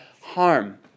harm